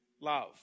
love